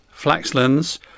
Flaxlands